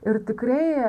ir tikrai